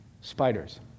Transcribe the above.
spiders